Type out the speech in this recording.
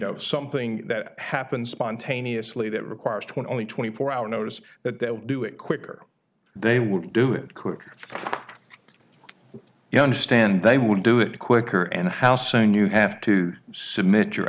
of something that happens spontaneously that requires twenty only twenty four hour notice that they'll do it quicker they would do it quicker you understand they would do it quicker and how soon you have to submit your